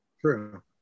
True